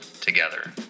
together